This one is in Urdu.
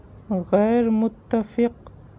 غیر متفق